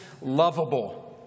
lovable